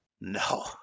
No